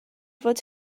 fod